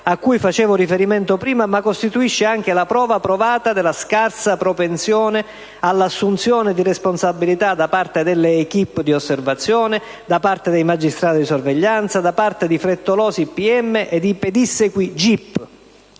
a cui facevo riferimento prima, ma costituisce anche la prova provata della scarsa propensione all'assunzione di responsabilità da parte delle *équipe* di osservazione, da parte dei magistrati di sorveglianza, da parte di frettolosi PM e di pedissequi GIP.